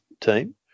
team